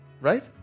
right